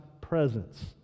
presence